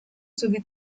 sowie